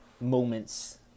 moments